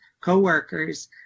co-workers